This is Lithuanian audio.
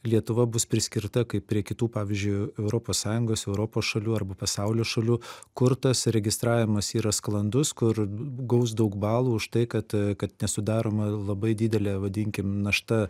lietuva bus priskirta kaip prie kitų pavyzdžiui europos sąjungos europos šalių arba pasaulio šalių kur tas registravimas yra sklandus kur gaus daug balų už tai kad kad nesudaroma labai didelė vadinkim našta